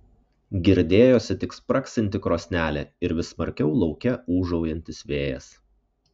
girdėjosi tik spragsinti krosnelė ir vis smarkiau lauke ūžaujantis vėjas